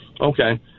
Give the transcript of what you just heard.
okay